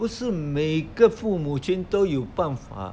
不是每个父母亲都有办法